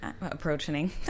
approaching